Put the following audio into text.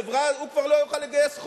הוא כבר לא יוכל לגייס חוב,